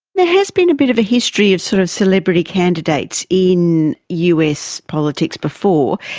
there has been a bit of a history of sort of celebrity candidates in us politics before.